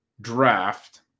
draft